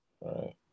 Right